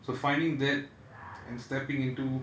so finding that and stepping into